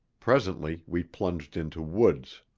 presently we plunged into woods.